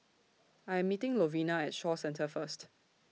I Am meeting Lovina At Shaw Centre First